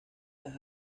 las